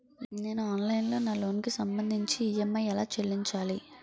నేను ఆన్లైన్ లో నా లోన్ కి సంభందించి ఈ.ఎం.ఐ ఎలా చెల్లించాలి?